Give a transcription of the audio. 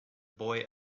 boy